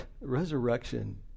resurrection